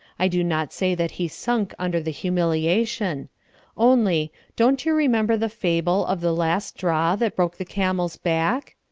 i do not say that he sunk under the humiliation only, don't you remember the fable of the last straw that broke the camel's back?